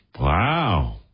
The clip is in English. Wow